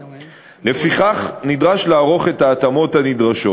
לפיכך, נדרש לערוך את ההתאמות הנדרשות.